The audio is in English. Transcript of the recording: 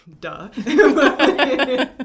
Duh